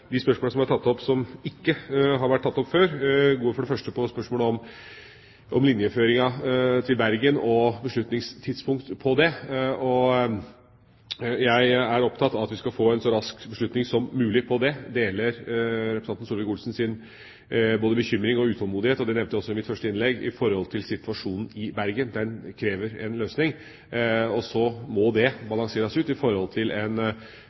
de spørsmålene som ble tatt opp som ikke har vært tatt opp før, går for det første på linjeføringa til Bergen og beslutningstidspunkt på det. Jeg er opptatt av at vi skal få en så rask beslutning som mulig på det. Jeg deler representanten Solvik-Olsens bekymring og utålmodighet i forhold til situasjonen i Bergen, og det nevnte jeg også i mitt første innlegg. Den krever en løsning. Og så må det balanseres mot en forsvarlig prosess og en forsvarlig behandling av de innvendingene som er kommet til